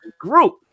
group